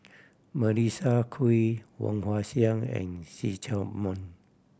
Melissa Kwee Woon Wah Siang and See Chak Mun